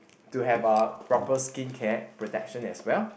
to have uh proper skin care protection as well